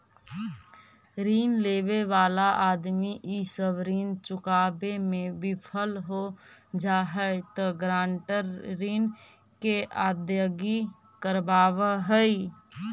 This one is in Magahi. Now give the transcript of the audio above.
ऋण लेवे वाला आदमी इ सब ऋण चुकावे में विफल हो जा हई त गारंटर ऋण के अदायगी करवावऽ हई